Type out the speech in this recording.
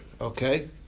okay